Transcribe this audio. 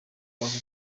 abahutu